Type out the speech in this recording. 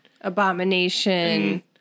abomination